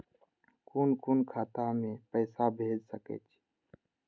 कुन कोण खाता में पैसा भेज सके छी?